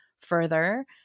further